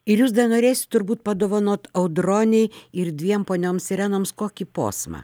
ir jūs norėsit turbūt padovanot audronei ir dviem ponioms irenoms kokį posmą